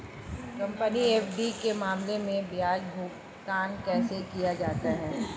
Company FD के मामले में ब्याज भुगतान कैसे किया जाता है?